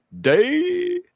day